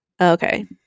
Okay